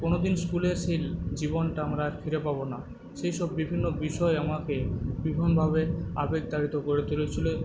কোনোদিন স্কুলের সেই জীবনটা আমরা আর ফিরে পাবো না সেইসব বিভিন্ন বিষয় আমাকে বিপুলভাবে আবেগ তাড়িত করে তুলেছিলো